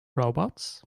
robots